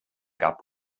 gab